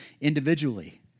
individually